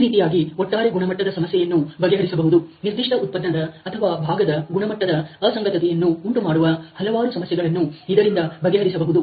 ಈ ರೀತಿಯಾಗಿ ಒಟ್ಟಾರೆ ಗುಣಮಟ್ಟದ ಸಮಸ್ಯೆಯನ್ನು ಬಗೆಹರಿಸಬಹುದು ನಿರ್ದಿಷ್ಟ ಉತ್ಪನ್ನದ ಅಥವಾ ಭಾಗದ ಗುಣಮಟ್ಟದ ಅಸಂಗತತೆಯನ್ನು ಉಂಟುಮಾಡುವ ಹಲವಾರು ಸಮಸ್ಯೆಗಳನ್ನು ಇದರಿಂದ ಬಗೆಹರಿಸಬಹುದು